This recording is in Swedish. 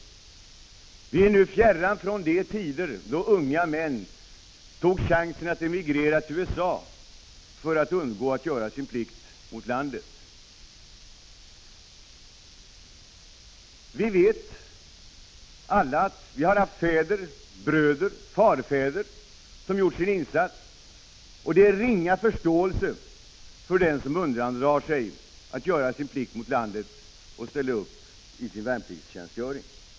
Vi är nu fjärran från de tider då unga män tog chansen att emigrera till USA för att undgå att göra sin plikt mot landet. Vi har haft fäder, bröder, farfäder som gjort sin insats, och vi vet alla att det finns ringa förståelse för den som undandrar sig att göra sin plikt mot landet och ställa upp till värnpliktstjänstgöring.